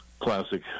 classic